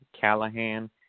Callahan